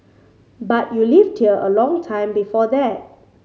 but you lived here a long time before that